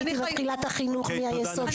אני הייתי מתחילה את החינוך מהיסודי,